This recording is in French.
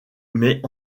mais